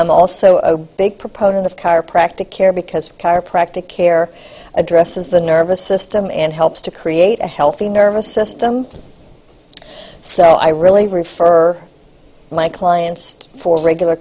i'm also a big proponent of car practic care because chiropractor care addresses the nervous system and helps to create a healthy nervous system so i really refer my clients for regular